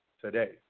today